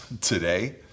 today